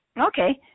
Okay